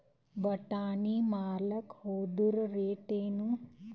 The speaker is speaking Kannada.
ಬಟಾನಿ ಮಾರಾಕ್ ಹೋದರ ರೇಟೇನು?